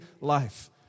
life